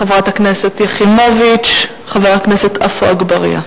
חברת הכנסת יחימוביץ וחבר הכנסת עפו אגבאריה.